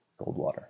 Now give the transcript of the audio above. Goldwater